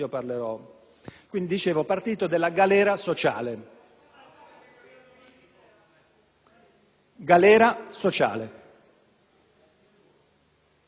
galera sociale.